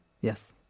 Yes